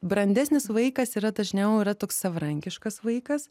brandesnis vaikas yra dažniau yra toks savarankiškas vaikas